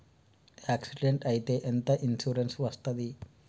Accident అయితే ఎంత insurance వస్తది?